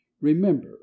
Remember